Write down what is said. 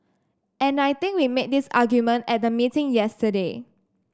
and I think we made this argument at the meeting yesterday